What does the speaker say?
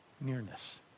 nearness